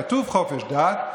כתוב "חופש דת",